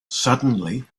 suddenly